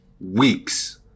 Weeks